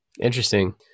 Interesting